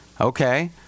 Okay